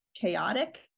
chaotic